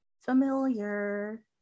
familiar